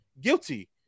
guilty